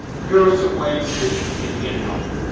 here are some ways that you can get help.